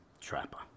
Trapper